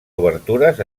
obertures